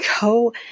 go